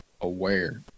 aware